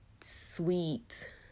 sweet